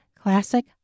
classic